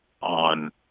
on